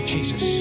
Jesus